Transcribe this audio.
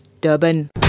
Durban